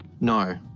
no